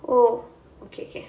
oh okay okay